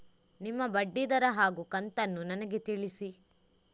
ನಿಮ್ಮ ಬಡ್ಡಿದರ ಹಾಗೂ ಕಂತನ್ನು ನನಗೆ ತಿಳಿಸಿ?